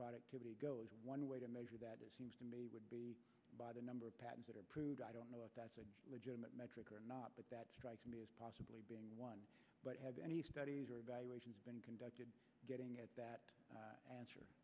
productivity goes one way to measure that it seems to me would be by the number of patents that are approved i don't know if that's a legitimate metric or not but that strikes me as possibly being one but have any studies or evaluations been conducted getting at that answer